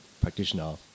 practitioner